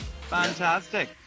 fantastic